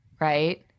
right